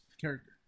character